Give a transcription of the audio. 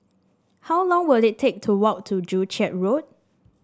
how long will it take to walk to Joo Chiat Road